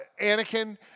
Anakin